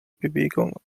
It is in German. bewegung